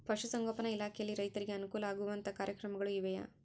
ಪಶುಸಂಗೋಪನಾ ಇಲಾಖೆಯಲ್ಲಿ ರೈತರಿಗೆ ಅನುಕೂಲ ಆಗುವಂತಹ ಕಾರ್ಯಕ್ರಮಗಳು ಇವೆಯಾ?